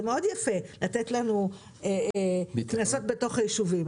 זה מאוד יפה לתת לנו קנסות בתוך הישובים,